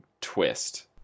twist